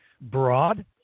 broad